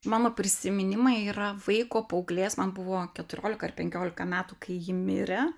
mano prisiminimai yra vaiko paauglės man buvo keturiolika ar penkiolika metų kai ji mirė